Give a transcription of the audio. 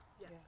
Yes